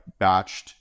batched